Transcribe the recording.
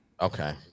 Okay